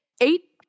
eight